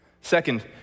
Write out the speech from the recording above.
Second